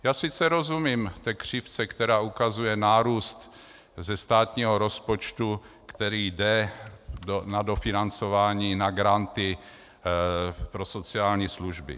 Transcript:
Já sice rozumím té křivce, která ukazuje nárůst ze státního rozpočtu, který jde na dofinancování, na granty pro sociální služby.